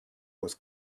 was